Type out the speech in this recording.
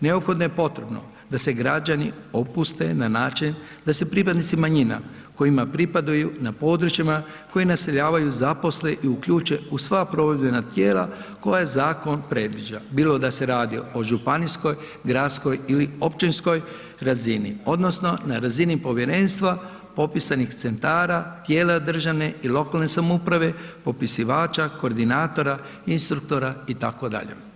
Neophodno je potrebno da se građani opuste na način da se pripadnici manjina kojima pripadaju na područjima koja naseljavaju zaposle i uključe u sva provedbena tijela koja zakon predviđa, bilo da se radi o županijskoj, gradskoj ili općinskoj razini odnosno na razini povjerenstva popisanih centara tijela državne i lokalne samouprave, popisivača, koordinatora, instruktora itd.